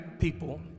people